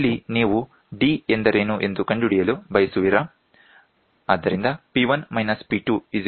ಇಲ್ಲಿ ನೀವು d ಎಂದರೇನು ಎಂದು ಕಂಡುಹಿಡಿಯಲು ಬಯಸುವಿರಾ